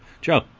Joe